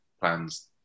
plans